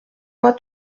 moi